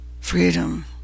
freedom